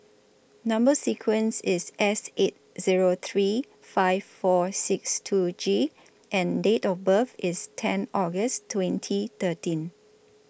Number sequence IS S eight Zero three five four six two G and Date of birth IS ten August twenty thirteen